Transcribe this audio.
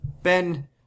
Ben